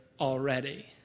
already